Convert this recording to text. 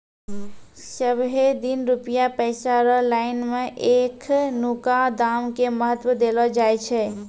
सबहे दिन रुपया पैसा रो लाइन मे एखनुका दाम के महत्व देलो जाय छै